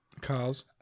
Cars